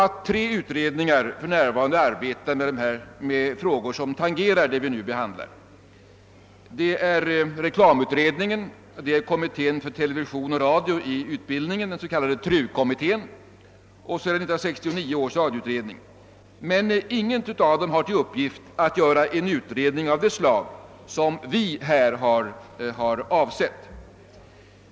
Tre utredningar arbetar för mnärvarande med frågor som tangerar det vi nu behandlar, nämligen reklamutredningen, kommittén för television och radio i utbildningen, den s.k. TRU kommittén, och 1969 års radioutredning. Men ingen av dem har till uppgift att göra en utredning av det slag som vi har avsett.